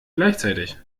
gleichzeitig